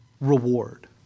reward